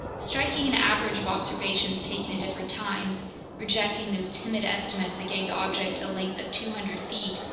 striking an average of observations taken at different times rejecting those timid estimates that gave the object a length of two hundred feet,